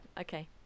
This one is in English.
okay